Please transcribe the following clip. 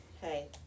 hey